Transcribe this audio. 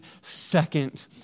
second